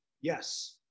Yes